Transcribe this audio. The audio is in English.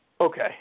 Okay